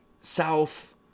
South